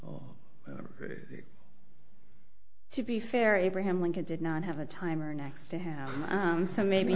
oh to be fair abraham lincoln did not have a time or next to have so maybe